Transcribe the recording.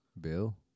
Bill